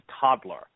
toddler